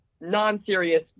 non-serious